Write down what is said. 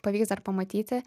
pavyks dar pamatyti